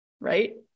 Right